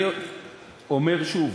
אני אומר שוב.